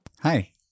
Hi